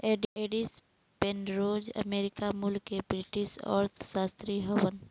Edith Penrose America मूल के British अर्थशास्त्री हउवन